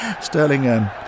Sterling